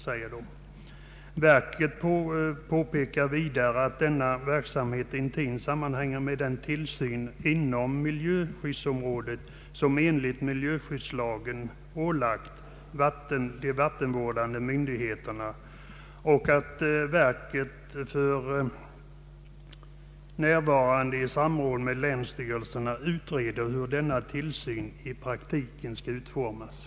Naturvårdsverket påpekar att den verksamhet som det här är fråga om hänger intimt samman med den tillsyn på miljöskyddsområdet som i miljöskyddslagen ålagts de vattenvårdande myndigheterna och att verket för närvarande i samråd med länsstyrelserna utreder frågan om hur denna tillsyn i praktiken skall utformas.